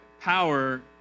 power